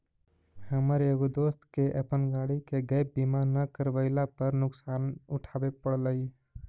हमर एगो दोस्त के अपन गाड़ी के गैप बीमा न करवयला पर नुकसान उठाबे पड़लई